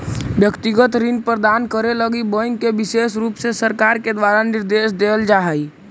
व्यक्तिगत ऋण प्रदान करे लगी बैंक के विशेष रुप से सरकार के द्वारा निर्देश देल जा हई